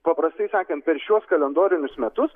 paprastai sakant per šiuos kalendorinius metus